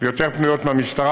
יותר פנויות מהמשטרה,